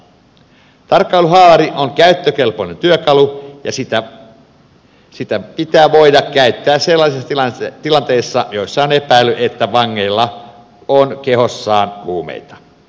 tarkkailuhaalari on käyttökelpoinen työkalu ja sitä pitää voida käyttää sellaisissa tilanteissa joissa on epäily että vangilla on kehossaan huumeita